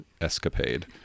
escapade